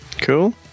cool